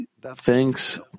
thanks